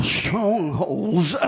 strongholds